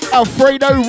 Alfredo